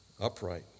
upright